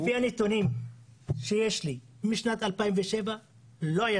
ולפי הנתונים שיש לי משנת 2007 לא היה